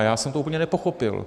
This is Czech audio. Já jsem to úplně nepochopil.